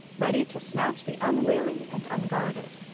ready to snatch the unwary and unguarded.